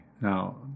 Now